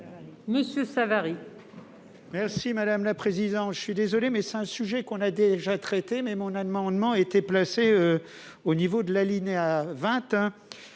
Monsieur Savary,